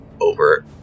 over